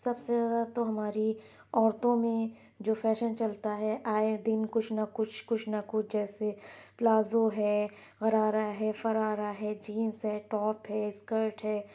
سب سے زیادہ تو ہماری عورتوں میں جو فیشن چلتا ہے آئے دن کچھ نہ کچھ کچھ نہ کچھ جیسے پلازو ہے غرارہ ہے فرارہ ہے جینس ہے ٹاپ ہے اسکرٹ ہے